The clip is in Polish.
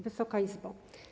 Wysoka Izbo!